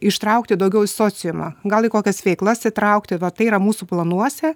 ištraukti daugiau į sociumą gal į kokias veiklas įtraukti va tai yra mūsų planuose